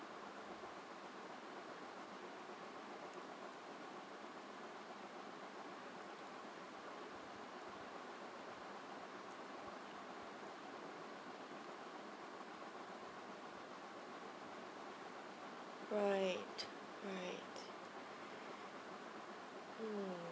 right right